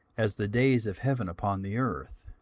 as the days of heaven upon the earth.